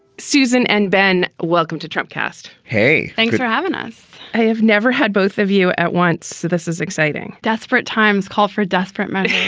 susan and ben, welcome to trump cast. hey, thanks for having us. i have never had both of you at once. this is exciting. desperate times call for desperate measures.